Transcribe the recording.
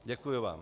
Děkuji vám.